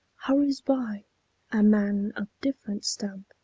hurries by a man of different stamp.